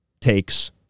takes